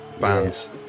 bands